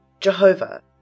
Jehovah